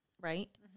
Right